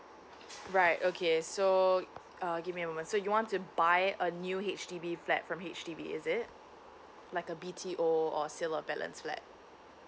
right okay so err give me a moment so you want to buy a new H_D_B flat from H_D_B is it like a B_T_O or sale of balance flat